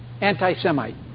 anti-Semite